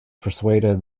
persuaded